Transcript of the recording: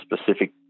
specific